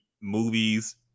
movies